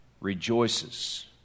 rejoices